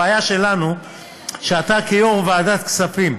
הבעיה שלנו היא שאתה כיו"ר ועדת הכספים,